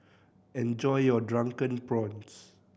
enjoy your Drunken Prawns